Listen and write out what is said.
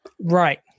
right